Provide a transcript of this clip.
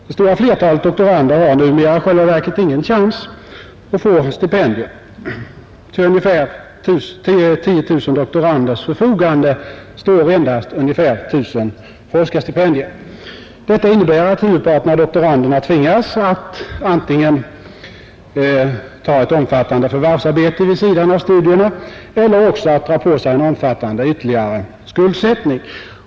Det stora flertalet doktorander har numera i själva verket ingen chans att få stipendium. Till omkring 10 000 doktoranders förfogande står endast ungefär 1 000 forskarstipendier. Detta innebär att huvudparten av doktoranderna tvingas antingen att ta ett omfattande förvärvsarbete vid sidan av studierna eller också att dra på sig en betydande ytterligare skuldsättning.